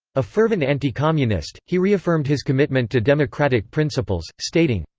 a fervent anti-communist, he reaffirmed his commitment to democratic principles, stating,